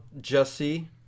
Jesse